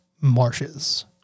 marshes